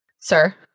sir